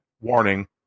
warning